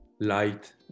light